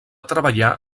treballar